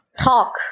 Talk